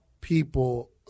people